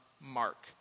Mark